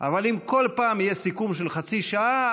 אבל אם כל פעם יהיה סיכום של חצי שעה,